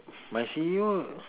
my C_E_O